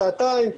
שעתיים,